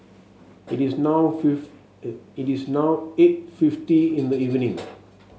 it is now it is now eight fifty in the evening